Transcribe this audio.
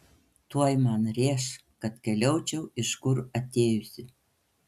tuoj man rėš kad keliaučiau iš kur atėjusi